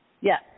Yes